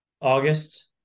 August